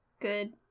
good